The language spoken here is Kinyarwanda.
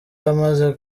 amaze